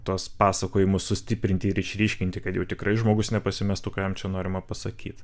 tuos pasakojimus sustiprinti ir išryškinti kad jau tikrai žmogus nepasimestų ką jam čia norima pasakyt